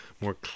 more